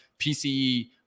PCE